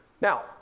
now